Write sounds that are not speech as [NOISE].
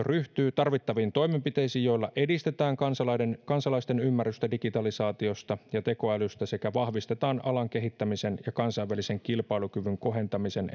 [UNINTELLIGIBLE] ryhtyy tarvittaviin toimenpiteisiin joilla edistetään kansalaisten kansalaisten ymmärrystä digitalisaatiosta ja tekoälystä sekä vahvistetaan alan kehittämisen ja kansainvälisen kilpailukyvyn kohentamisen [UNINTELLIGIBLE]